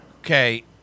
Okay